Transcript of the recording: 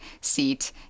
seat